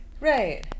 Right